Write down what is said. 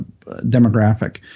demographic